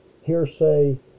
hearsay